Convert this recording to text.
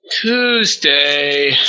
Tuesday